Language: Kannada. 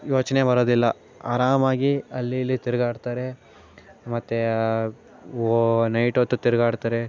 ಯೋಚನೆ ಬರೋದಿಲ್ಲ ಆರಾಮಾಗಿ ಅಲ್ಲಿ ಇಲ್ಲಿ ತಿರುಗಾಡ್ತಾರೆ ಮತ್ತು ಓ ನೈಟ್ ಹೊತ್ತು ತಿರುಗಾಡ್ತಾರೆ